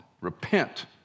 Repent